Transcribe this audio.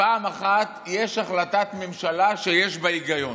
פעם אחת יש החלטת ממשלה שיש בה היגיון.